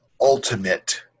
ultimate